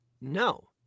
No